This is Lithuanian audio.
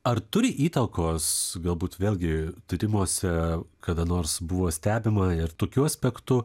ar turi įtakos galbūt vėlgi tyrimuose kada nors buvo stebima ir tokiu aspektu